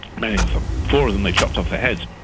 many of them. four of them, they chopped off their heads.